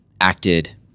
acted